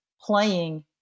playing